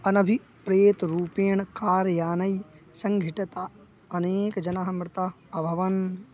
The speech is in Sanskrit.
अनभिप्रेतरूपेण कार् याने सङ्घिटतम् अनेकजनाः मृताः अभवन्